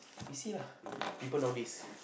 you see lah people nowadays